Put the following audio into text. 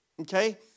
okay